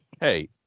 Hey